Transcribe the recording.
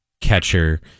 catcher